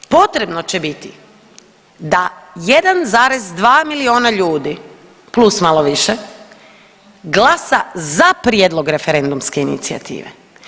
Potrebno će biti da 1,2 miliona ljudi plus malo više glasa za prijedlog referendumske inicijative.